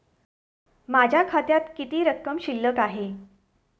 माझ्या खात्यात किती रक्कम शिल्लक आहे?